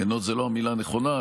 "ליהנות" זו לא המילה הנכונה,